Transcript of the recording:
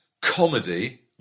comedy